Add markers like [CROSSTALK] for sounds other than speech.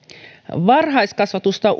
varhaiskasvatusta [UNINTELLIGIBLE]